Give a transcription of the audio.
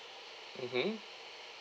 mmhmm